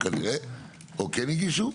או כן הגישו?